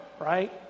right